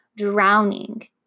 Drowning